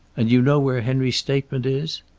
and you know where henry's statement is?